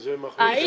איזה מחלוקת?